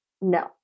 no